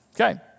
Okay